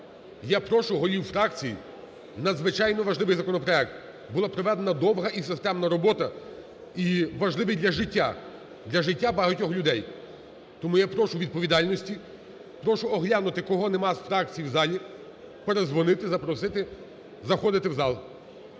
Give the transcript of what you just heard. Я прошу голів фракцій: надзвичайно важливий законопроект, була проведена довга і системна робота, і важливий для життя, для життя багатьох людей. Тому я прошу відповідальності, прошу оглянути, кого нема із фракцій в залі, передзвонити, запросити заходити в зал.